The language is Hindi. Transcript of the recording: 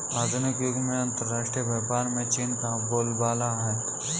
आधुनिक युग में अंतरराष्ट्रीय व्यापार में चीन का बोलबाला है